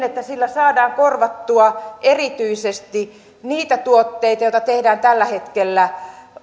että sillä saadaan korvattua erityisesti niitä tuotteita joita tehdään tällä hetkellä